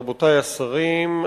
רבותי השרים,